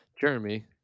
Jeremy